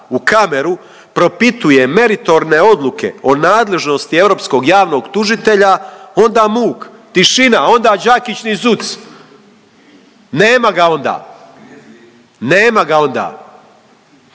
u kameru propituje meritorne odluke o nadležnosti Europskog javnog tužitelja onda muk, tišina, onda Đakić ni zuc…/Upadica Đakić: